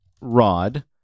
rod